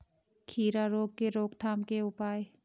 खीरा रोग के रोकथाम के उपाय?